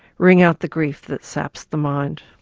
ring out the grief that saps the mind